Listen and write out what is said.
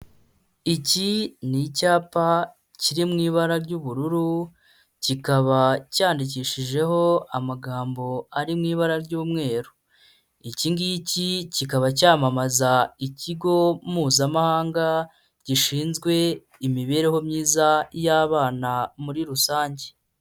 Iki ni icyapa kiri mu ibara ry'ubururu, kikaba cyandikishijeho amagambo ari mu ibara ry'umweru. Iki ng'iki, kikaba cyamamaza ikigo mpuzamahanga gishinzwe imibereho myiza y'abana muri rusange.